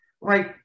Right